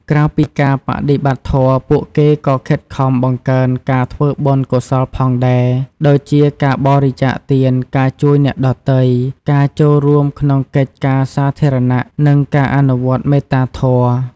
ក្រៅពីការបដិបត្តិធម៌ ពួកគេក៏ខិតខំបង្កើនការធ្វើបុណ្យកុសលផងដែរ ដូចជាការបរិច្ចាគទាន ការជួយអ្នកដទៃ ការចូលរួមក្នុងកិច្ចការសាធារណៈ និងការអនុវត្តមេត្តាធម៌។